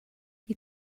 you